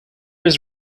his